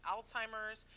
Alzheimer's